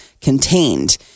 contained